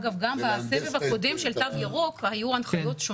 זה להנדס את --- אגב,